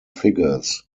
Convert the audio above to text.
figures